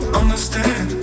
understand